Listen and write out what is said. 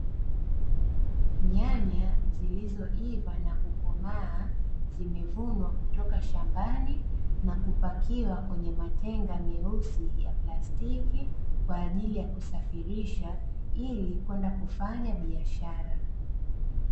Nyanya zilizoiva na kukomaa, zimevunwa kutoka shambani na kupakiwa kwenye matenga meusi ya plastiki kwa ajili ya kusafirisha, ili kwenda kufanya biashara.